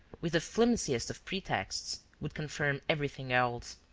with the flimsiest of pretexts, would confirm everything else.